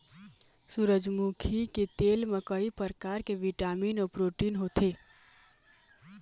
सूरजमुखी के तेल म कइ परकार के बिटामिन अउ प्रोटीन होथे